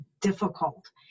difficult